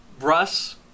Russ